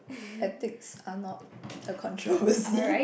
ethics are not a controversy